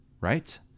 right